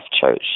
church